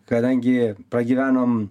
kadangi pragyvenom